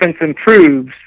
improves